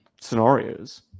scenarios